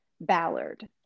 Ballard